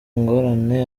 ngorane